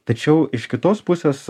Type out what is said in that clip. tačiau iš kitos pusės